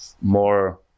more